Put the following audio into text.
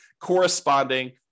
corresponding